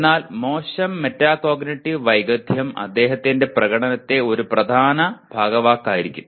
എന്നാൽ മോശം മെറ്റാകോഗ്നിറ്റീവ് വൈദഗ്ദ്ധ്യം അദ്ദേഹത്തിന്റെ പ്രകടനത്തിന്റെ ഒരു പ്രധാന ഭാഗവാക്കായിയ്ക്കും